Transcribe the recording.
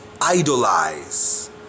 idolize